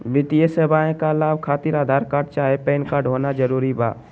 वित्तीय सेवाएं का लाभ खातिर आधार कार्ड चाहे पैन कार्ड होना जरूरी बा?